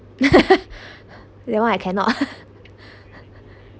that one I cannot